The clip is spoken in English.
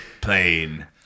Plane